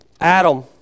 Adam